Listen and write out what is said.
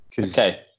Okay